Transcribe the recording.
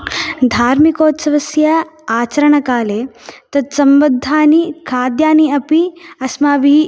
धार्मिकोत्सवस्य आचरणकाले तत्सम्बद्धानि खाद्यानि अपि अस्माभिः